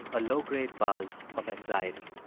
a low-grade buzz of anxiety.